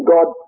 God